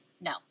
No